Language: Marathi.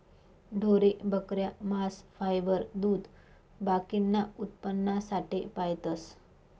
ढोरे, बकऱ्या, मांस, फायबर, दूध बाकीना उत्पन्नासाठे पायतस